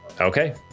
Okay